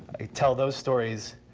i tell those stories.